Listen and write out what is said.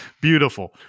Beautiful